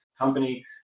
company